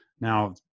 Now